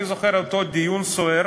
אני זוכר את אותו דיון סוער